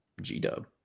G-Dub